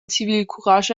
zivilcourage